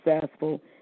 successful